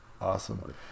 awesome